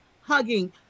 hugging